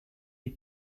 est